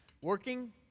working